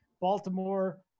Baltimore